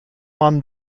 mann